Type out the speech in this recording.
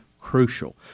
crucial